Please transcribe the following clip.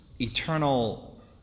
eternal